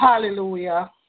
hallelujah